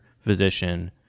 physician